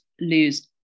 lose